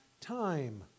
time